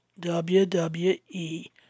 WWE